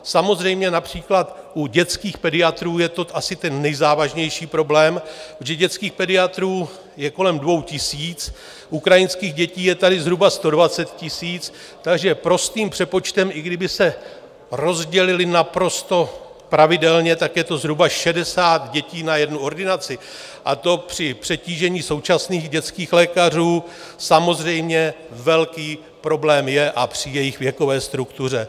Samozřejmě například u dětských pediatrů je to asi ten nejzávažnější problém, protože dětských pediatrů je kolem 2 000, ukrajinských dětí je tady zhruba 120 000, takže prostým přepočtem, i kdyby se rozdělily naprosto pravidelně, tak je to zhruba 60 dětí na jednu ordinaci, a to při přetížení současných dětských lékařů samozřejmě velký problém je, a při jejich věkové struktuře.